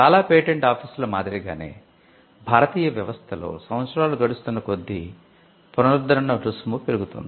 చాలా పేటెంట్ ఆఫీసుల మాదిరిగానే భారతీయ వ్యవస్థలో సంవత్సరాలు గడుస్తున్న కొద్దీ పునరుద్ధరణ రుసుము పెరుగుతుంది